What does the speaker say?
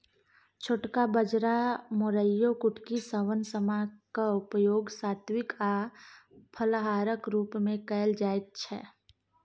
छोटका बाजरा मोराइयो कुटकी शवन समा क उपयोग सात्विक आ फलाहारक रूप मे कैल जाइत छै